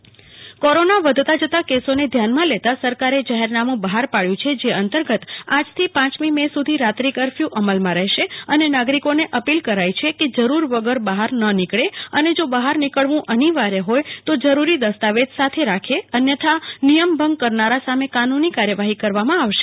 કુલ્પના શાહ જાહેરનામું કોરોના વધતાં જતાં કેસોને ધ્યાનમાં લેતા સરકારે જાહેરનામું બહાર પાડ્યું છે જે અંતર્ગત આજથી પાંચમી મે સુધી રાત્રિ કરફ્યુ અમલમાં રહશે અને નાગરિકોને અપીલ કરી છે કે જરૂર વગર બહાર ના નિકળે અને જો બહાર નિકળવું અનિવાર્ય હોય તો જરૂરી દસ્તાવેજ સાથે રાખે અન્યથા નિયમ ભંગ કરનારા સામે કાનૂની કાર્યવાહી કરવામાં આવશે